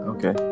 Okay